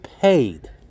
paid